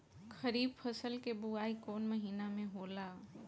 खरीफ फसल क बुवाई कौन महीना में होला?